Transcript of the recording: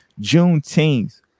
Juneteenth